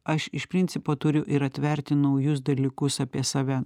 aš iš principo turiu ir atverti naujus dalykus apie save